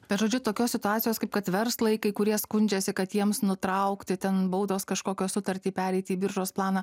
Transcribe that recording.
bet žodžiu tokios situacijos kaip kad verslai kurie skundžiasi kad jiems nutraukti ten baudos kažkokios sutartį pereiti į biržos planą